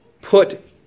Put